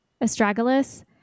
Astragalus